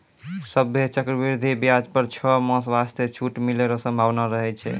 सभ्भे चक्रवृद्धि व्याज पर छौ मास वास्ते छूट मिलै रो सम्भावना रहै छै